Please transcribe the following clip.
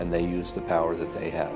and they use the power that they have